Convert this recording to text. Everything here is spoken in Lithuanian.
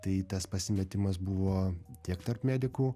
tai tas pasimetimas buvo tiek tarp medikų